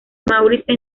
maurice